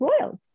royals